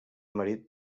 marit